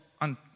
on